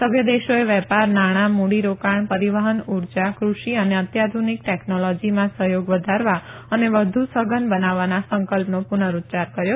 સભ્ય દેશોએ વેપાર નાણાં મુડીરોકાણ પરિવહન ઉર્જા કૃષિ અને અત્યાધુનીક ટેકનોલજીમાં સહયોગ વધારવા અને વધુ સઘન બનાવવાના સંકલ્પનો પુનરૂચ્યાર કર્યો